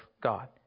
God